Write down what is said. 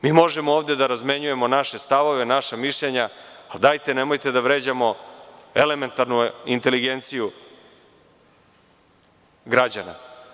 Mi možemo ovde da razmenjujemo naše stavove, naša mišljenja, ali nemojte da vređamo elementarnu inteligenciju građana.